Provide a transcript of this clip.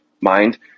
mind